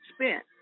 spent